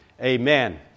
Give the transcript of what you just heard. Amen